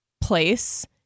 place